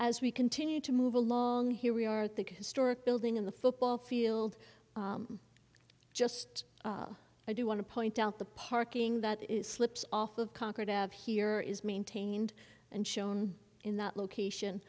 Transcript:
as we continue to move along here we are at the historic building in the football field just i do want to point out the parking that is slips off of concord up here is maintained and shown in that location